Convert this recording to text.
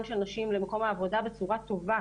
של נשים למקום העבודה בצורה טובה,